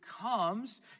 comes